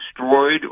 destroyed